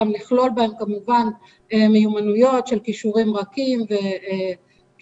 וגם לכלול בהם כמובן מיומנויות של כישורים רכים ואחרים.